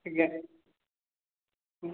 ଆଜ୍ଞା ହୁଁ